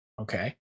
Okay